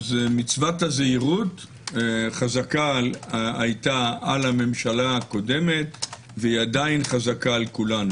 מצוות הזהירות חזקה היתה על הממשלה הקודמת והיא עדיין חזקה על כולנו.